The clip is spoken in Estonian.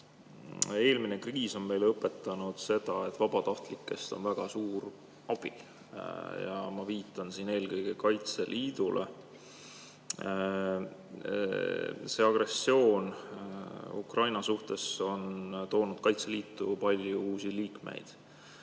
Eelmine kriis on meile õpetanud seda, et vabatahtlikest on väga suur abi. Ma viitan siin eelkõige Kaitseliidule. Agressioon Ukraina vastu on toonud Kaitseliitu palju uusi liikmeid.